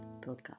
podcast